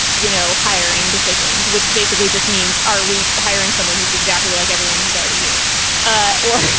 you know, hiring decisions, which basically just means are we hiring someone who's exactly like everyone who's already here ah or,